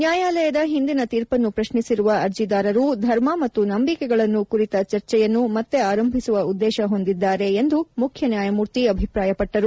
ನ್ಯಾಯಾಲಯದ ಹಿಂದಿನ ತೀರ್ಪನ್ನು ಪ್ರಶ್ನಿಸಿರುವ ಅರ್ಜಿದಾರರು ಧರ್ಮ ಮತ್ತು ನಂಬಿಕೆಗಳನ್ನು ಕುರಿತ ಚರ್ಚೆಯನ್ನು ಮತ್ತೆ ಆರಂಭಿಸುವ ಉದ್ದೇಶ ಹೊಂದಿದ್ದಾರೆ ಎಂದು ಮುಖ್ಯ ನ್ಯಾಯಮೂರ್ತಿ ಅಭಿಪ್ರಾಯಪಟ್ಟರು